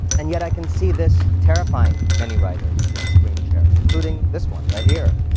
and yet, i can see this terrifying many writers, this screen sharing, including this one right here.